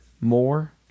more